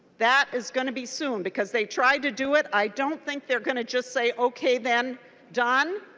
that is going to be soon because they try to do it. i don't think they're going to just say okay then done.